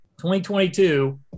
2022